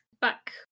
back